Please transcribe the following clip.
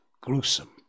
gruesome